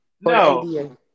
No